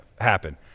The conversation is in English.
happen